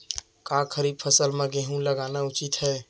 का खरीफ फसल म गेहूँ लगाना उचित है?